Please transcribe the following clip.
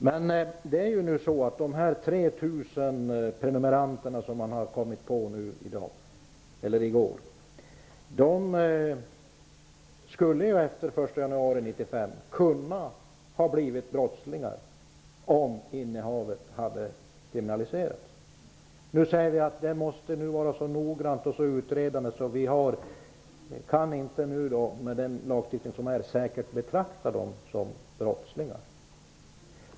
Men de 3 000 prenumeranter som polisen nu kommit på spåren skulle den 1 januari 1995 ha kunnat bli brottslingar om innehavet hade kriminaliserats. Nu sägs det att det måste vara ett så noggrant utredande. Med den lagstiftning som finns vet man inte säkert om dessa personer kan betraktas som brottslingar.